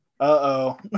Uh-oh